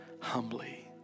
humbly